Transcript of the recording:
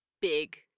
big